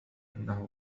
أنه